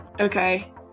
Okay